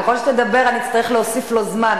ככל שתדבר אני אצטרך להוסיף לו זמן,